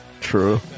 True